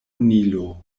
nilo